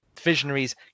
Visionaries